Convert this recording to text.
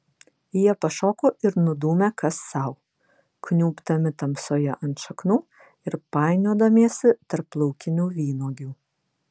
jie pašoko ir nudūmė kas sau kniubdami tamsoje ant šaknų ir painiodamiesi tarp laukinių vynuogių